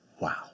Wow